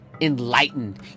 enlightened